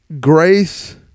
grace